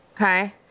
Okay